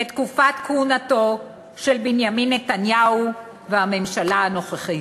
בתקופת הכהונה של בנימין נתניהו והממשלה הנוכחית.